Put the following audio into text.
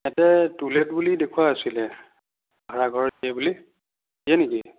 তাকে to let বুলি দেখোৱা আছিলে ভাড়াঘৰ দিয়ে বুলি দিয়ে নেকি